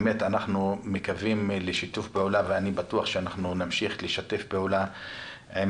באמת אנחנו מקווים לשיתוף פעולה ואני בטוח שאנחנו נמשיך לשתף פעולה עם